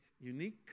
unique